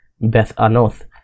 Beth-Anoth